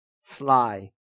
sly